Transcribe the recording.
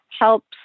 helps